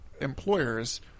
employers